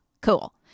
cool